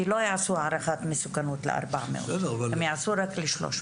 כי לא יעשו הערכת מסוכנות ל-400 אלא יעשו רק ל-300.